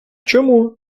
чому